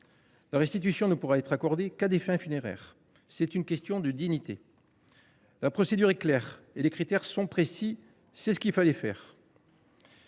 La restitution ne pourra être accordée qu’à des fins funéraires. C’est une question de dignité. La procédure est claire et les critères sont précis. C’est ce qu’il fallait faire